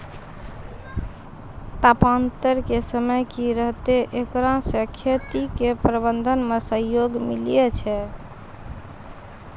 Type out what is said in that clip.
तापान्तर के समय की रहतै एकरा से खेती के प्रबंधन मे सहयोग मिलैय छैय?